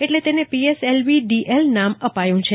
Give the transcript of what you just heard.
એટલે તેને PSLV DL નામ અપાયું છે